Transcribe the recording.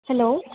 hello